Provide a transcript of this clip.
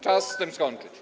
Czas z tym skończyć.